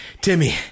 Timmy